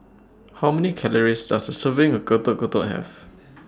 How Many Calories Does A Serving of Getuk Getuk Have